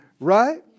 Right